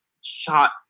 shot